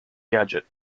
gadget